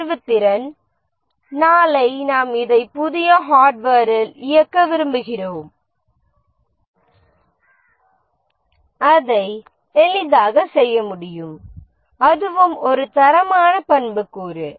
பெயர்வுத்திறன் நாளை நாம் இதை புதிய ஹார்ட்வேரில் இயக்க விரும்புகிறோம் அதை எளிதாக செய்ய முடியும் அதுவும் ஒரு தரமான பண்புக்கூறு